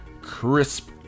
crisp